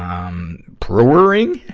um, brewering.